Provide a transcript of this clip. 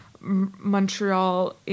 Montreal